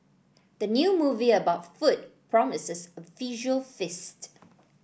the new movie about food promises a visual feast